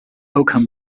oakham